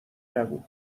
نگو